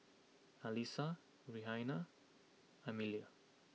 Alissa Rhianna Emilia